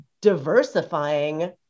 diversifying